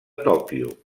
tòquio